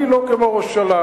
אני לא כמו ראש הממשלה,